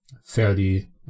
fairly